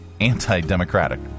anti-democratic